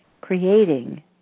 creating